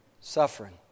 suffering